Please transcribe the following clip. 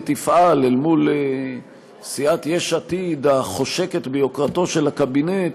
יפעל אל מול סיעת יש עתיד החושקת ביוקרתו של הקבינט,